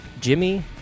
Jimmy